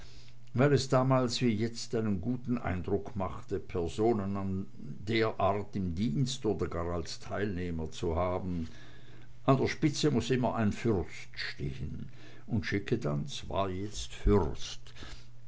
weil es damals wie jetzt einen guten eindruck machte personen der art im dienst oder gar als teilnehmer zu haben an der spitze muß immer ein fürst stehen und schickedanz war jetzt fürst